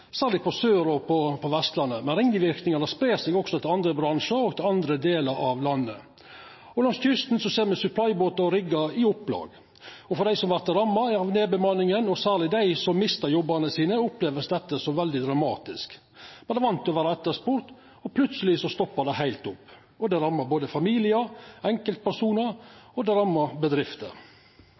på Sørlandet og på Vestlandet. Men ringverknadene spreier seg også til andre bransjar og til andre delar av landet. Langs kysten ser me supplybåtar og riggar i opplag. Dei som vert ramma av nedbemanninga, og særleg dei som mistar jobbane sine, opplever dette som veldig dramatisk. Ein er van med å vera etterspurd, og plutseleg stoppar det heilt opp. Det rammar både familiar og enkeltpersonar, og det rammar bedrifter.